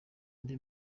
andi